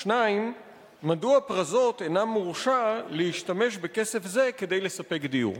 2. מדוע "פרזות" אינה מורשה להשתמש בכסף זה כדי לספק דיור?